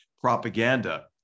propaganda